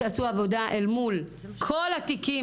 תעשו עבודה אל מול כל התיקים,